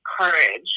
courage